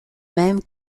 même